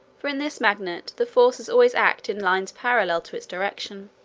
for in this magnet, the forces always act in lines parallel to its direction.